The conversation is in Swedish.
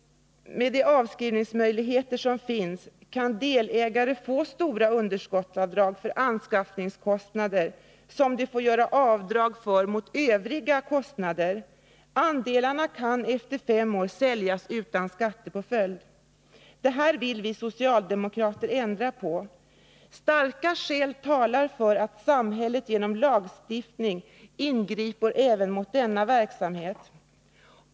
Med de avskrivningsmöjligheter som finns kan ägare av andelar i handelsoch kommanditbolag få stora underskottsavdrag för anskaffningskostnader som de får dra av mot övriga kostnader. Andelarna kan efter fem år säljas utan skattepåföljd. Det här vill vi socialdemokrater ändra på. Starka skäl talar för att samhället genom lagstiftning ingriper även mot denna verksamhet.